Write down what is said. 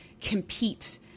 compete